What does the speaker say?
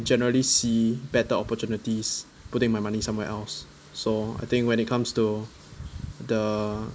generally see better opportunities putting my money somewhere else so I think when it comes to the